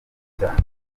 cyane